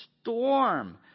storm